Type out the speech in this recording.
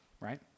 right